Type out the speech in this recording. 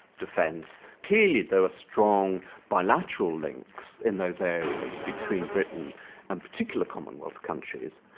defence. clearly there were strong bilateral links in those areas between britain and particular commonwealth countries,